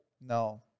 No